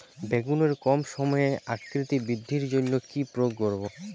বেগুনের কম সময়ে আকৃতি বৃদ্ধির জন্য কি প্রয়োগ করব?